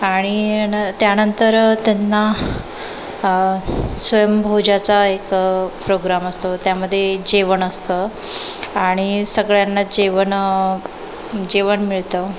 आणि न त्यानंतर त्यांना स्वयंभोजाचा एक प्रोग्राम असतो त्यामध्ये जेवण असतं आणि सगळ्यांना जेवणं जेवण मिळतं